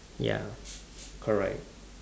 ya correct